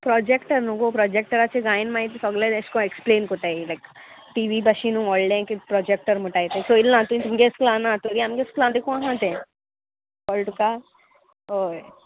projector न्हू गो प्रोजेक्टराचे गायन मागीर सगले एश कोन एक्सप्लेन कोत्ताय लायक टी वी भाशेन व्होडलें की प्रोजेक्टर म्हुटाय तें चोयल ना तुयें तुमगे स्कुला ना तरी आमगे स्कुलान ते कोण आहा ते कळ्ळें तुका हय